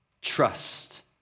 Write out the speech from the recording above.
Trust